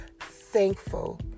thankful